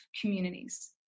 communities